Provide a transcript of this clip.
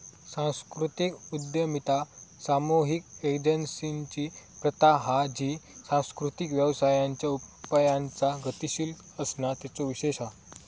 सांस्कृतिक उद्यमिता सामुहिक एजेंसिंची प्रथा हा जी सांस्कृतिक व्यवसायांच्या उपायांचा गतीशील असणा तेचो विशेष हा